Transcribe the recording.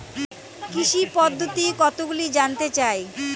কৃষি পদ্ধতি কতগুলি জানতে চাই?